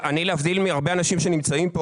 להבדיל מהרבה אנשים שנמצאים כאן,